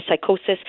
psychosis